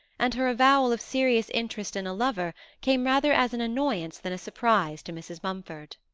and her avowal of serious interest in a lover came rather as an annoyance than a surprise to mrs. mumford.